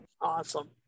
Awesome